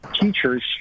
teachers